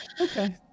Okay